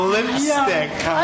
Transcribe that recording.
Lipstick